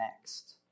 next